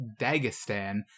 Dagestan